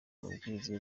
amabwiriza